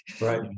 Right